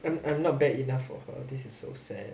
I'm I'm not bad enough for her this is so sad